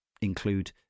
include